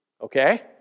okay